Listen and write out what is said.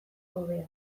hobea